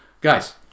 guys